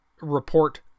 report